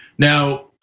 now,